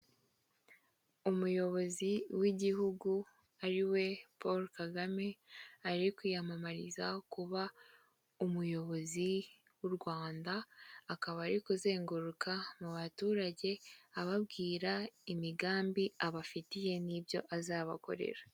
Umuyobozi w'Igihugu ari we Paul Kagame, ari kwiyamamariza kuba Umuyobozi w'u Rwanda, akaba ari kuzenguruka mu baturage, ababwira imigambi abafitiye n'ibyo azabakorera.